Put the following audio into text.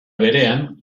berean